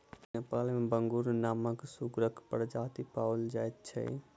नेपाल मे बांगुर नामक सुगरक प्रजाति पाओल जाइत छै